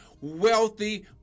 wealthy